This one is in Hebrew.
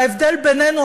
וההבדל בינינו,